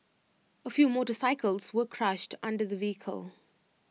A few motorcycles were crushed under the vehicle